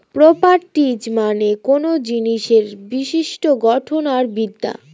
properties মানে কোনো জিনিসের বিশিষ্ট গঠন আর বিদ্যা